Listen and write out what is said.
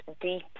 deep